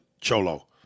Cholo